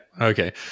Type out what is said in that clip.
okay